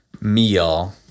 meal